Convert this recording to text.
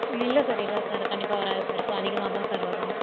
இல்லை சார் இல்லை சார் கண்டிப்பாக வராது சார் எப்போவும் அதிகமாக தான் சார் வரும்